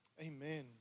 Amen